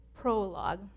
prologue